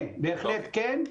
כן, בהחלט כן.